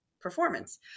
performance